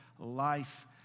life